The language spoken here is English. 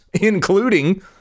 including